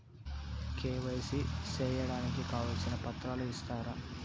KYC సేయడానికి కావాల్సిన పత్రాలు ఇస్తారా?